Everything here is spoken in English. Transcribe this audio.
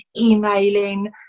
emailing